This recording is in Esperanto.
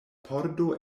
pordo